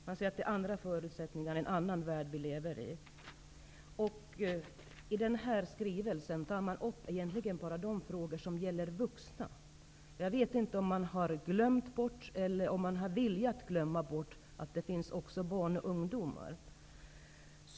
Det sägs i skrivelsen att förutsättningarna är annorlunda och att vi nu lever i en annan värld. I skrivelsen tas egentligen endast de frågor upp som gäller vuxna. Jag vet inte om man medvetet eller omedvetet har glömt bort att det också finns barn och ungdomar.